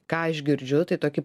ką aš girdžiu tai tokį